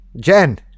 Jen